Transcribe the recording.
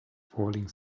falling